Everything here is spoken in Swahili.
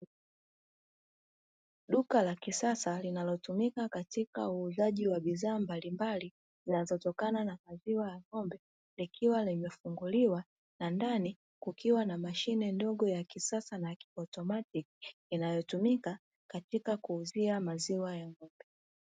Duka la kisasa linalotumika kwa uuzaji wa bidhaa mbalimbali zinazotokana na maziwa ya ng'ombe, likiwa limefunguliwa. Na ndani kukiwa na mashine ndogo ya kisasa na ya kiautomatiki, inayotumika katika kuuzia maziwa ya ng'ombe.